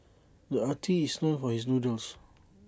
the artist is known for his doodles